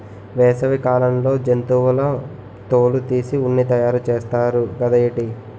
వేసవి కాలంలో జంతువుల తోలు తీసి ఉన్ని తయారు చేస్తారు గదేటి